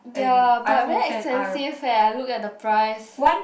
ya but very expensive leh I look at the price